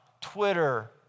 Twitter